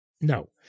No